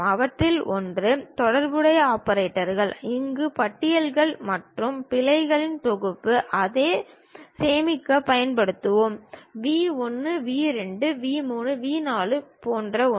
அவற்றில் ஒன்று தொடர்புடைய ஆபரேட்டர்கள் அங்கு பட்டியல்கள் மற்றும் பிழைகளின் தொகுப்பு அதை சேமிக்கப் பயன்படுத்துவோம் வி 1 வி 2 வி 3 வி 4 போன்ற ஒன்று